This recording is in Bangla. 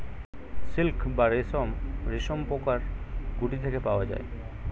সিল্ক বা রেশম রেশমপোকার গুটি থেকে পাওয়া যায়